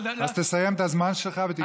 תסיים את הזמן שלך ותגמור ותרד.